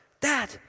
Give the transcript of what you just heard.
Dad